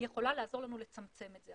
היא יכולה לעזור לנו לצמצם את זה.